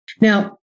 Now